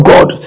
God